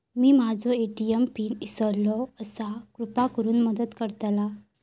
मी माझो ATM PIN इसरलो आसा कृपा करुन मदत करताल